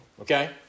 okay